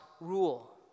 rule